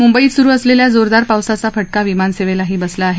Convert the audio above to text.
मुंबईत सुरु असलेल्या जोरदार पावसाचा फटका विमानसेवेलाही बसला आहे